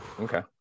okay